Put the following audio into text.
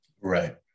right